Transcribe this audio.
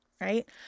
Right